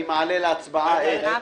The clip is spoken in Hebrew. אני מעלה להצבעה את --- רגע,